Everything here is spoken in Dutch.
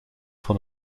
van